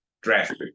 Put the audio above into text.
drastic